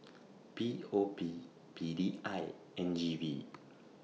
P O P P D I and G V